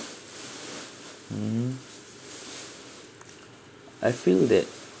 mm I feel that